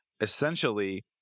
Essentially